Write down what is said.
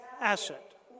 asset